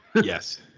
Yes